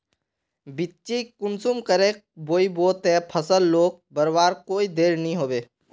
बिच्चिक कुंसम करे बोई बो ते फसल लोक बढ़वार कोई देर नी होबे?